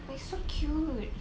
they so cute